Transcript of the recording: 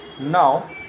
now